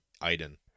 Iden